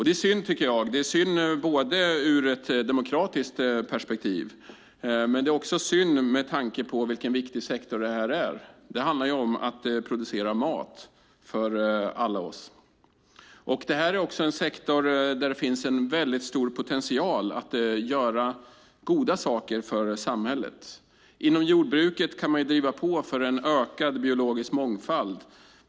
Det är synd ur ett demokratiskt perspektiv, men det är också synd med tanke på vilken viktig sektor detta är. Det handlar om att producera mat för oss alla. Detta är också en sektor där det finns en mycket stor potential att göra goda saker för samhället. Inom jordbruket kan man driva på för en ökad biologisk mångfald.